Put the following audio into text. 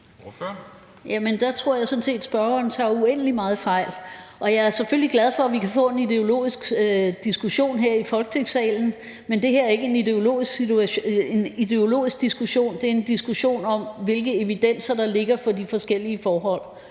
jeg sådan set, at spørgeren tager uendelig meget fejl. Jeg er selvfølgelig glad for, at vi kan få en ideologisk diskussion her i Folketingssalen, men det her er ikke en ideologisk diskussion; det er en diskussion om, hvilken evidens der er for de forskellige forhold.